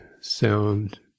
sound